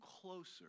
closer